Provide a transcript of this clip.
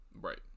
Right